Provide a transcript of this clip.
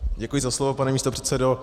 Děkuji za slovo, pane místopředsedo.